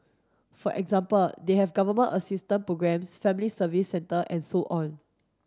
for example they have Government assistance programmes family service centre and so on